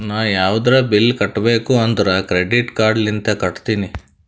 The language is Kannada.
ನಾ ಯಾವದ್ರೆ ಬಿಲ್ ಕಟ್ಟಬೇಕ್ ಅಂದುರ್ ಕ್ರೆಡಿಟ್ ಕಾರ್ಡ್ ಲಿಂತೆ ಕಟ್ಟತ್ತಿನಿ